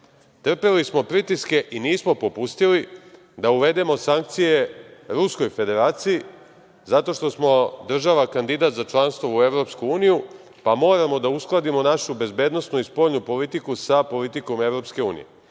Trpeli smo pritiske i nismo popustili da uvedemo sankcije Ruskoj Federaciji, zato što smo država kandidat za članstvo u EU, pa moramo da uskladimo našu bezbednosnu i spoljnu politiku sa politikom EU. Budući